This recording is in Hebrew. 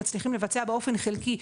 מצליחים לבצע באופן חלקי.